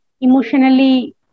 emotionally